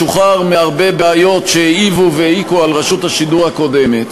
משוחרר מהרבה בעיות שהעיבו והעיקו על רשות השידור הקודמת.